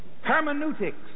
Hermeneutics